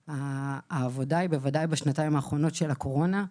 העבודה, בוודאי בשנתיים האחרונות של הקורונה,